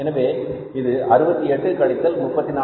எனவே இது 68 கழித்தல் 34